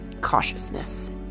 cautiousness